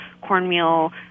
cornmeal